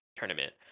tournament